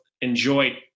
enjoy